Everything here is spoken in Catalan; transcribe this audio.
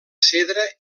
cedre